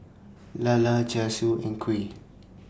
Lala Char Siu and Kuih